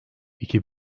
iki